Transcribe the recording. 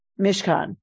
Mishkan